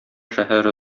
шәһәре